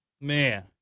Man